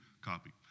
copy